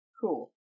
Cool